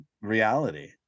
reality